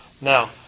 Now